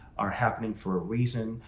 are happening for a reason.